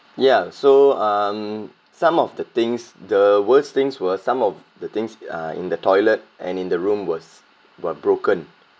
ya so um some of the things the worst things were some of the things uh in the toilet and in the room was were broken